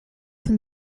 from